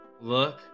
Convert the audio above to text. look